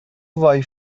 وای